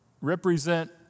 represent